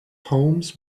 homes